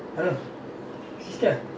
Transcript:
yes what you want